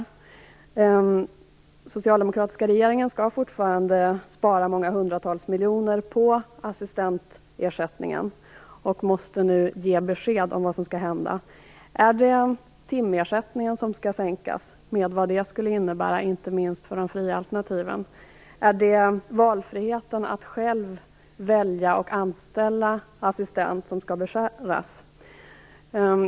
Den socialdemokratiska regeringen skall fortfarande spara många hundratals miljoner på assistansersättningen och måste nu ge besked om vad som skall hända. Är det timersättningen som skall sänkas, med vad det skulle innebära, inte minst för de fria alternativen? Är det valfriheten att själv välja och anställa assistent som skall beskäras?